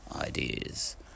ideas